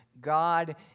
God